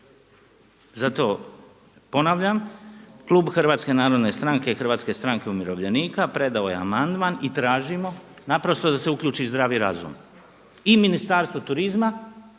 Zato ponavljam, Klub Hrvatske narodne stranke i Hrvatske stranke umirovljenika predao je amandman i tražimo naprosto da se uključi zdravi razum, i Ministarstvo turizma,